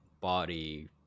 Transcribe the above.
body